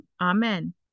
amen